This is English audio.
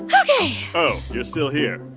ok oh, you're still here.